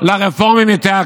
זה הזוי.